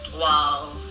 wow